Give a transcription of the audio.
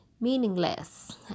Meaningless